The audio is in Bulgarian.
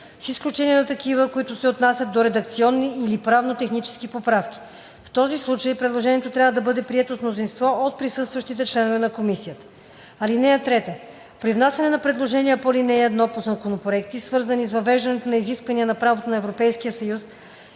с изключение на такива, които се отнасят до редакционни или правно-технически поправки. В този случай предложението трябва да бъде прието с мнозинство от присъстващите членове на комисията. (3) При внасяне на предложения по ал. 1 по законопроекти, свързани с въвеждане на изисквания на правото на Европейския съюз,